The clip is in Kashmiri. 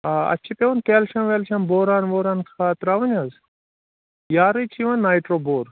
آ اَتھ چھِ پٮ۪وان کٮ۪لشِیَم وٮ۪لشِیَم بوران ووران کھاد ترٛاوٕنۍ حظ یارٕ چھِ یِوان ناِیٹروبور